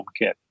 HomeKit